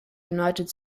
united